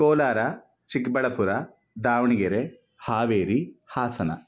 Kolar Chikkaballapur Davanagere Haveri Hassan